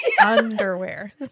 Underwear